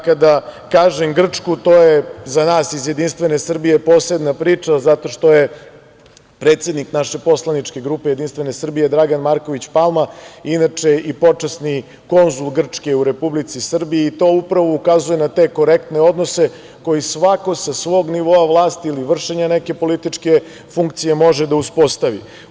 Kada kažem - Grčku, to je za nas iz JS posebna priča, zato što je predsednik naše poslaničke grupe JS Dragan Marković Palma inače i počasni konzul Grčke u Republici Srbiji i to upravo ukazuje na te korektne odnose koji svako sa svog nivoa vlasti ili vršenja neke političke funkcije može da uspostavi.